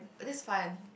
oh this fun